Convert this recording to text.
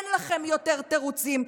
אין לכם יותר תירוצים.